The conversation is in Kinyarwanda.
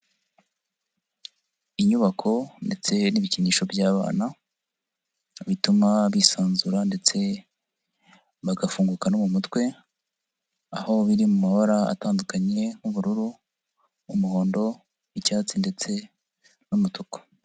Inyubako ndetse n'ibikinisho by'abana, bituma bisanzura ndetse bagafunguka no mu mutwe, aho biri mu mabara atandukanye nk'ubururu, umuhondo, icyatsi ndetse n'umutuku.